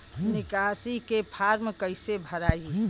निकासी के फार्म कईसे भराई?